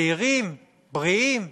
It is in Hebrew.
צעירים, בריאים?